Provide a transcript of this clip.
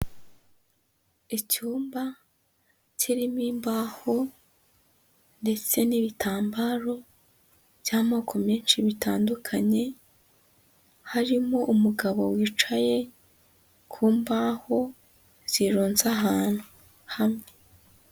Icyumba kirimo imbaho ndetse n'ibitambaro by'amoko menshi bitandukanye, harimo umugabo wicaye ku mbaho zirunze ahantu hamwe.